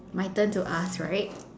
my turn to ask right